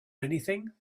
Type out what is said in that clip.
anything